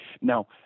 Now